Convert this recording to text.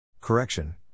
Correction